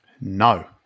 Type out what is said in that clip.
No